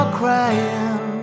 crying